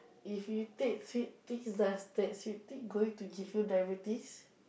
if you take sweet things does that sweet thing going to give you diabetes